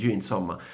insomma